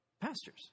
Pastors